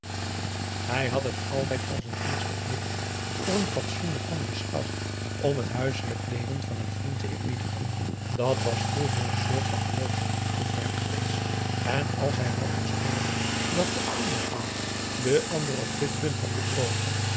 hij had het altijd als een eerste plicht voor n fatsoenlijk man beschouwd om het huiselijk leven van een vriend te eerbiedigen dat was vroeger een soort van geloofsartikel voor hem geweest en als hij wel eens hoorde dat de eene vriend den ander op dit punt had bedrogen